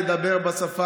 דיברת פה חמש דקות,